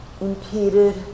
impeded